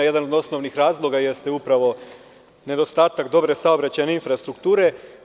Jedan od osnovnih razloga jeste nedostatak dobre saobraćajne infrastrukture.